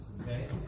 Okay